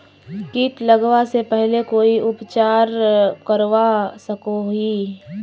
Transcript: किट लगवा से पहले कोई उपचार करवा सकोहो ही?